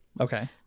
Okay